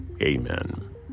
Amen